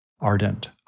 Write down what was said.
ardent